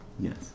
Yes